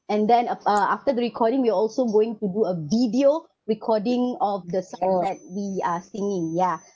and then ap~ uh after the recording we are also going to do a video recording of the song that we are singing ya